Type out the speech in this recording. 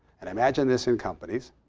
and imagine this in companies.